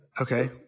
Okay